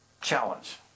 challenge